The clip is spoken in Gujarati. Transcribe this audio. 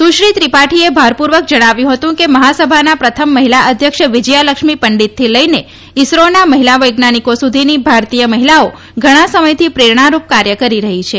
સુશ્રી ત્રિપાઠીએ ભારપૂર્વક જણાવ્યું હતું કે મહાસભાના પ્રથમ મહિલા અધ્યક્ષ વિજયા લક્ષ્મી પંડિતથી લઇને ઇસરોના મહિલા વૈજ્ઞાનિકો સુધી ભારતીય મહિલાઓ ઘણા સમયથી પ્રેરણારૂપ કાર્ય કરી રહી છે